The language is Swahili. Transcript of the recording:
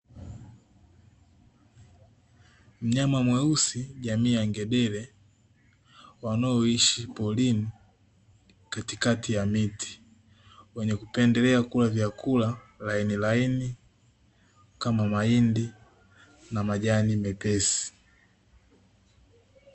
Mnyama mweusi jamii ya ngedere wanaoishi porini katikati ya miti, wenye kupendelea kula vyakula lainilaini kama mahindi na majani mepesi.